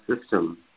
system